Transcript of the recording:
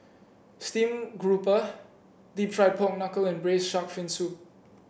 stream grouper deep fried Pork Knuckle and Braised Shark Fin Soup